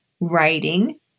writing